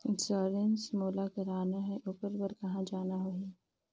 Insurance मोला कराना हे ओकर बार कहा जाना होही?